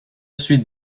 suis